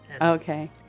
Okay